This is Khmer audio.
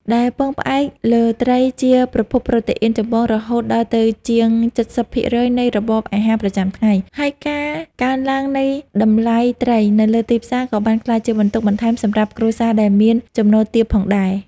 ដែលពឹងផ្អែកលើត្រីជាប្រភពប្រូតេអ៊ីនចម្បងរហូតដល់ទៅជាង ៧០ ភាគរយនៃរបបអាហារប្រចាំថ្ងៃ ហើយការកើនឡើងនៃតម្លៃត្រីនៅលើទីផ្សារក៏បានក្លាយជាបន្ទុកបន្ថែមសម្រាប់គ្រួសារដែលមានចំណូលទាបផងដែរ។